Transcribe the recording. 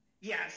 yes